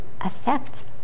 affects